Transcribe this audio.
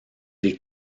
les